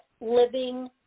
living